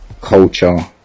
culture